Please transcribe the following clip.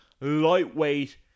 lightweight